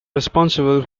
responsible